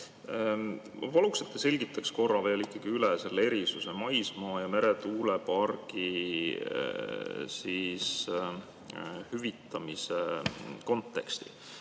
paluks, et te selgitaks korra veel ikkagi üle selle erisuse, maismaa‑ ja meretuulepargi hüvitamise konteksti.